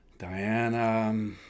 Diana